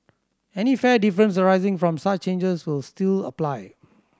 any fare difference arising from such changes will still apply